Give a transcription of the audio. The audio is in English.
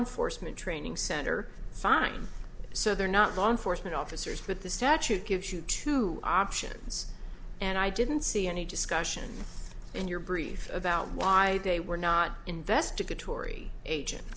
enforcement training center fine so they're not law enforcement officers with the statute gives you two options and i didn't see any discussion in your brief about why they were not investigatory agent